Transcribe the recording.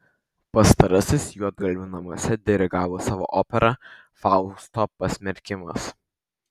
pastarasis juodgalvių namuose dirigavo savo operą fausto pasmerkimas